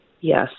Yes